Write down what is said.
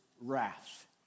wrath